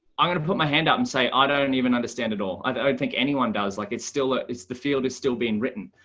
i'm going to put my hand up and say i ah don't and even understand at all. i don't think anyone does. like it's still ah it's the field is still being written.